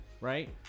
right